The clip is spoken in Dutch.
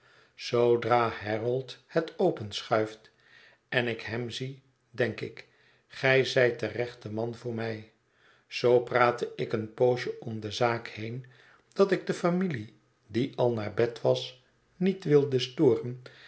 zoodra harold het openschuift en ik hem zie denk ik gij zijt de rechte man voor mij zoo praatte ik een poosje om de zaak heen dat ik de familie die al naar bed was niet wilde storen